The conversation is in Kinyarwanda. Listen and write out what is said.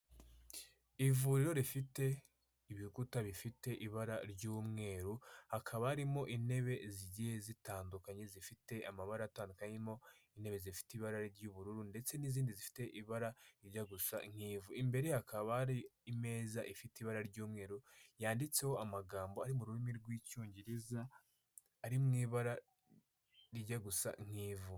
Ivuriro rifite ibikuta bifite ibara ry'umweru hakaba harimo intebe zigiye zitandukanye zifite amabara atandukanye harimo intebe zifite ibara ry'ubururu ndetse n'izindi zifite ibara rijya gusa n'ivu, imbere hakaba hari imeza ifite ibara ry'umweru yanditseho amagambo ari mu rurimi rw'icyongereza ari mu ibara rijya gusa n'ivu.